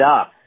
up